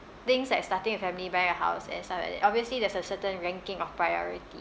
things like starting a family buying a house and stuff like that obviously there's a certain ranking of priority